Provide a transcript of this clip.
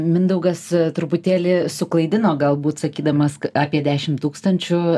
mindaugas truputėlį suklaidino galbūt sakydamas apie dešim tūkstančių